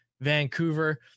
Vancouver